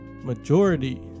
majority